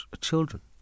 children